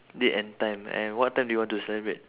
date and time and what time do you want to celebrate